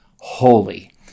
holy